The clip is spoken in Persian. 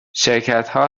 شرکتها